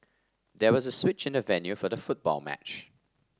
there was a switch in the venue for the football match